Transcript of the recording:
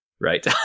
right